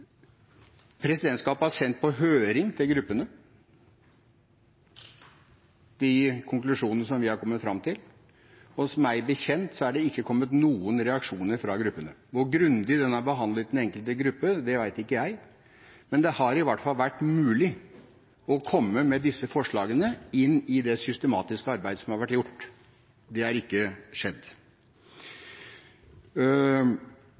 Presidentskapet har sendt på høring til gruppene de konklusjonene som vi har kommet fram til, og meg bekjent er det ikke kommet noen reaksjoner fra gruppene. Hvor grundig dette er behandlet i den enkelte gruppe, vet jeg ikke, men det har i hvert fall vært mulig å komme med disse forslagene inn i det systematiske arbeidet som har vært gjort. Det har ikke skjedd.